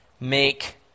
make